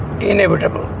inevitable